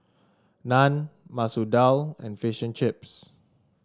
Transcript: Naan Masoor Dal and Fish and Chips